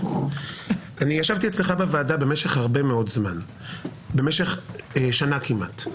ישבתי אצלך בוועדה במשך שנה כמעט.